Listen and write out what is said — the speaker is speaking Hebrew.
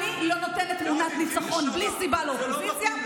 אני לא נותנת תמונת ניצחון בלי סיבה לאופוזיציה.